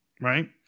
right